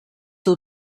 will